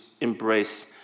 embrace